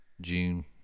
June